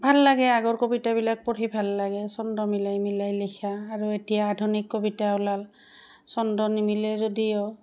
ভাল লাগে আগৰ কবিতাবিলাক পঢ়ি ভাল লাগে চন্দ্ৰ মিলাই মিলাই লিখা আৰু এতিয়া আধুনিক কবিতা ওলাল চন্দ নিমিলে যদিও